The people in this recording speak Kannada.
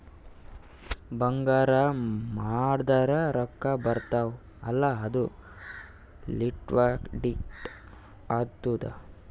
ಬಂಗಾರ್ ಮಾರ್ದುರ್ ರೊಕ್ಕಾ ಬರ್ತಾವ್ ಅಲ್ಲ ಅದು ಲಿಕ್ವಿಡಿಟಿ ಆತ್ತುದ್